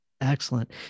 Excellent